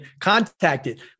contacted